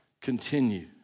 continue